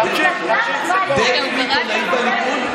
דבי ביטון, היית בליכוד?